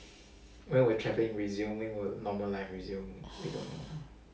we're travelling resuming work normal life resume